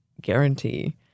guarantee